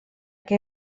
que